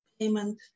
payment